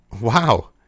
Wow